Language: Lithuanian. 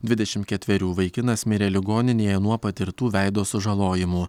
dvidešimt ketverių vaikinas mirė ligoninėje nuo patirtų veido sužalojimų